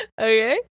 Okay